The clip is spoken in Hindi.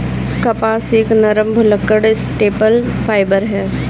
कपास एक नरम, भुलक्कड़ स्टेपल फाइबर है